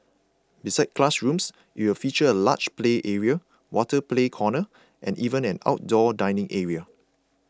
besides classrooms it will feature a large play area water play corner and even an outdoor dining area